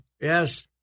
Yes